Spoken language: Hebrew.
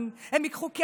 הם ייקחו מהלהט"בים,